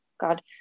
God